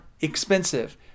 expensive